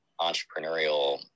entrepreneurial